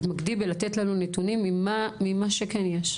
תתמקדי לתת לנו נתונים ממה שכן יש.